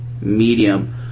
medium